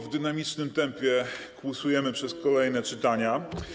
W dynamicznym tempie kłusujemy przez kolejne czytania.